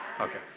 Okay